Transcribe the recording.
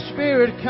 Spirit